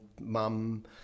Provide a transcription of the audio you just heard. mum